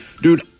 dude